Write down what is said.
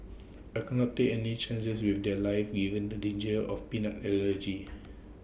I could not take any chances with their lives given the danger of peanut allergy